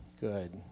good